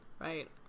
Right